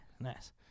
Nice